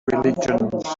religions